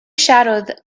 shadow